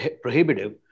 prohibitive